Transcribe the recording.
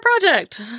project